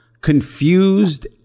confused